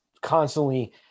constantly